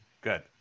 Good